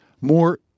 more